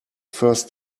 first